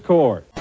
Court